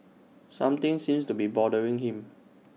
something seems to be bothering him